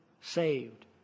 saved